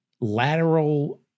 lateral